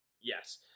Yes